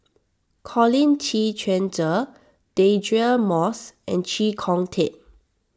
Colin Qi Quan Zhe Deirdre Moss and Chee Kong Tet